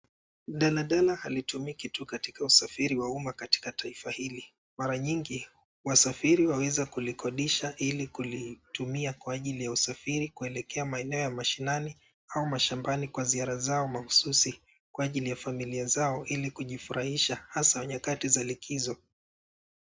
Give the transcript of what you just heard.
Daladala halitumiki tu katika usafiri wa umma katika taifa hili. Mara nyingi, wasafiri waweza kulikodisha ili kulitumia kwa ajili ya usafiri kuelekea maeneo ya mashinani au mashambani kwa ziara zao mahususi kwa ajili ya familia zao ili kujifurahisha hasa nyakati za likizo.